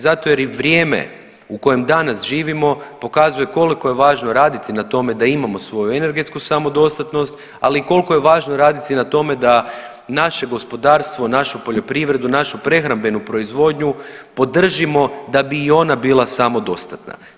Zato jer vrijeme u kojem danas živimo pokazuje koliko je važno raditi na tome da imamo svoju energetsku samodostatnost, ali i koliko je važno raditi na tome da naše gospodarstvo, našu poljoprivredu, našu prehrambenu proizvodnju podržimo da bi i ona bila samodostatna.